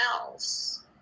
else